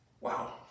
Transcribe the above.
Wow